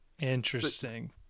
Interesting